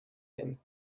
than